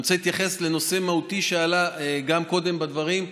ואני רוצה להתייחס לנושא מהותי שעלה גם קודם בדברים: